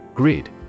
Grid